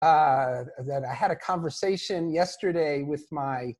I had a conversation yesterday with my